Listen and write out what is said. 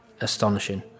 astonishing